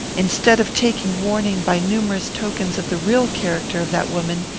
instead of taking warning by numerous tokens of the real character of that woman,